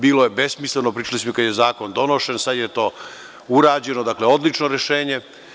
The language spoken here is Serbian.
Bilo je besmisleno, pričali smo i kada je zakon donošen, sada je to urađeno i odlično je rešenje.